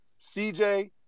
CJ